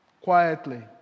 quietly